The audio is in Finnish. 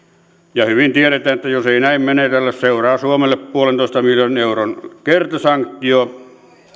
hyvin tiedetään että jos ei näin menetellä seuraa suomelle yhden pilkku viiden miljoonan euron kertasanktio